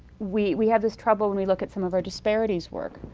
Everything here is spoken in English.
we we have this trouble when we look at some of our disparity's work.